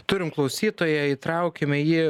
turim klausytoją įtraukim jį